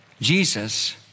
Jesus